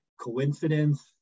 coincidence